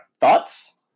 Thoughts